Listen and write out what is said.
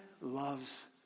loves